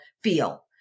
feel